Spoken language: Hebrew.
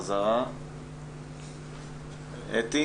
אדוני